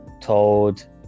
told